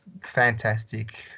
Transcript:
fantastic